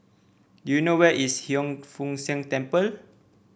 do you know where is Hiang Foo Siang Temple